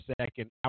second